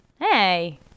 Hey